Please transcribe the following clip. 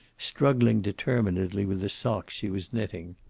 struggling determinedly with the socks she was knitting.